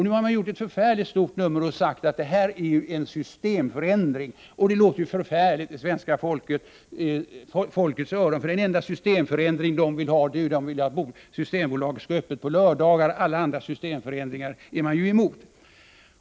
Nu har man gjort ett stort nummer av detta och säger att det är en systemförändring, och det låter förfärligt i svenska folkets öron. Den enda systemförändring svenska folket vill ha är att Systembolaget skall hålla öppet på lördagar — alla andra systemförändringar är man emot.